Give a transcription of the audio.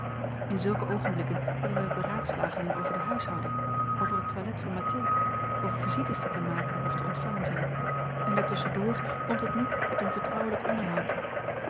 in zulke oogenblikken hebben wij beraadslagingen over de huishouding over het toilet van mathilde over visites die te maken of te ontvangen zijn en daartusschen door komt het niet tot een vertrouwelijk onderhoud